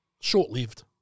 short-lived